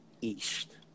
East